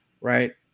right